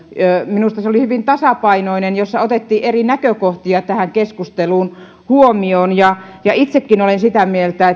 minusta se oli hyvin tasapainoinen kun siinä otettiin eri näkökohtia tähän keskusteluun huomioon itsekin olen sitä mieltä